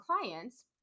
clients